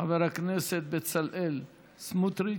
חבר הכנסת בצלאל סמוטריץ.